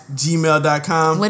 gmail.com